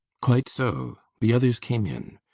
quite so! the others came in.